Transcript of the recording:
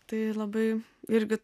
tai labai irgi